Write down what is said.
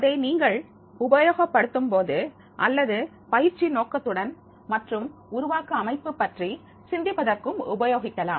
அதை நீங்கள் உபயோகப் படுத்தும் போது அல்லது பயிற்சி நோக்கத்துடன் மற்றும் உருவாக்க அமைப்பு பற்றி சிந்திப்பதற்கும் உபயோகிக்கலாம்